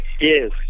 Yes